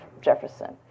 Jefferson